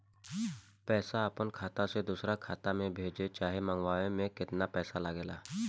पैसा अपना खाता से दोसरा खाता मे भेजे चाहे मंगवावे में केतना पैसा लागेला?